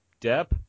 Depp